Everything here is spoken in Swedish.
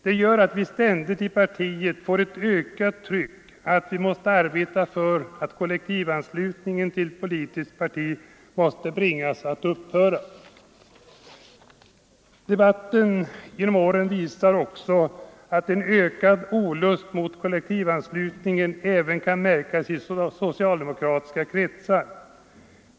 Detta gör att vi i partiet hela tiden har ett ökat tryck på oss när det gäller att arbeta för att kollektivanslutningen till politiskt parti tvingas att upphöra. Debatten genom åren visar att en ökad olust mot kollektivanslutningen kan märkas även i socialdemokratiska kretsar.